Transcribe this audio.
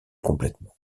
complètement